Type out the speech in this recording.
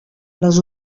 les